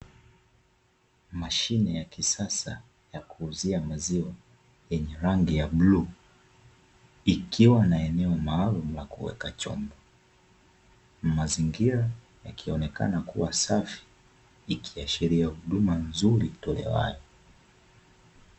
Mashine ya kisasa ya kuuzia maziwa yenye rangi ya bluu, ikiwa na eneo maalumu la kuweka chombo. Mazingira yakionekana kuwa safi, ikiashiria huduma nzuri itolewayo.